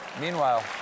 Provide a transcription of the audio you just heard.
Meanwhile